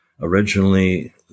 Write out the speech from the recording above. Originally